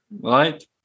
right